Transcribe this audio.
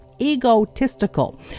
egotistical